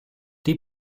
die